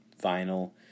vinyl